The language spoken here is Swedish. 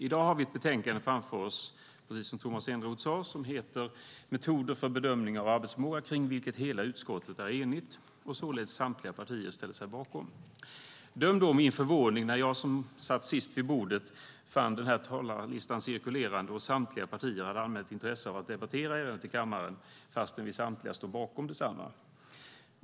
I dag har vi ett betänkande framför oss, precis som Tomas Eneroth sade, som heter Metoder för bedömning av arbetsförmåga , kring vilket hela utskottet är enigt och således samtliga partier ställer sig bakom. Döm då om min förvåning när jag, som satt sist vid bordet när den här talarlistan cirkulerande, fann att samtliga partier hade anmält intresse av att debattera ärendet i kammaren, fast vi samtliga stod bakom detsamma.